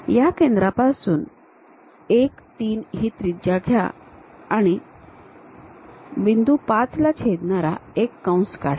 1 या केंद्रापासून 1 3 ही त्रिज्या घ्या आणि बिंदू 5 ला छेदणारा एक कंस काढा